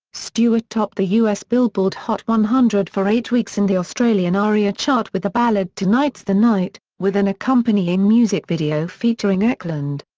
stewart topped the us billboard hot one hundred for eight weeks and the australian aria chart with the ballad tonight's the night, with an accompanying music video featuring ekland.